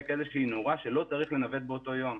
איזושהי נורה שלא צריך לנווט באותו יום.